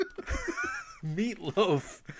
Meatloaf